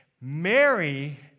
Mary